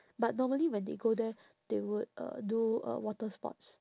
but normally when they go there they would uh do uh water sports